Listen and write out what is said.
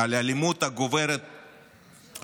על האלימות הגוברת ברחובות